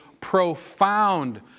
profound